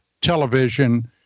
television